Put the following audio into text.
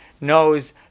knows